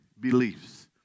beliefs